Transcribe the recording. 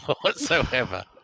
whatsoever